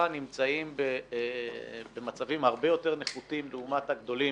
נמצאים במצבים הרבה יותר נחותים לעומת הגדולים,